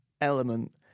element